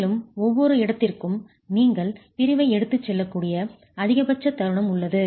மேலும் ஒவ்வொரு இடத்திற்கும் நீங்கள் பிரிவை எடுத்துச் செல்லக்கூடிய அதிகபட்ச தருணம் உள்ளது